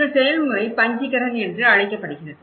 இந்த செயல்முறை பஞ்சி கரண் என்று அழைக்கப்படுகிறது